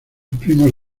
primos